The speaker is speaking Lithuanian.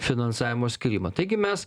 finansavimo skyrimą taigi mes